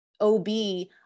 OB